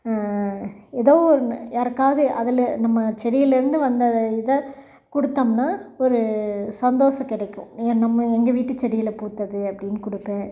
எதோ ஒன்று யாருக்காவது அதில் நம்ம செடிலேருந்து வந்த இதை கொடுத்தம்னா ஒரு சந்தோசம் கிடைக்கும் என் நம்ம எங்கள் வீட்டு செடியில் பூத்தது அப்படின்னு கொடுப்பேன்